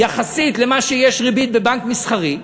יחסית למה שיש ריבית בבנק מסחרי,